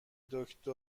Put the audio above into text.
دکتر